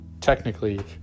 technically